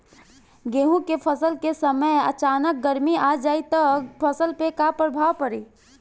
गेहुँ के फसल के समय अचानक गर्मी आ जाई त फसल पर का प्रभाव पड़ी?